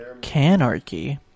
Canarchy